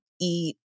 eat